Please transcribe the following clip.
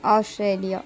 Australia